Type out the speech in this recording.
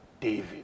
David